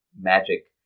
magic